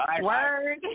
Word